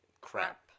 crap